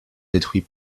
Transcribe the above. détruit